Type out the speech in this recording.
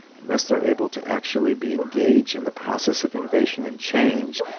unless they are able to actually be engaged in the process of innovation and change,